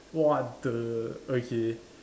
what the okay